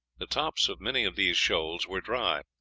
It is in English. the tops of many of these shoals were dry,